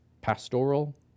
pastoral